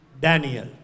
Daniel